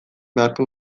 beharko